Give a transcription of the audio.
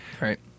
right